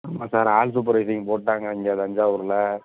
ஆமாம் sir all supervising போட்டாங்க இங்கே தஞ்சாவூரில்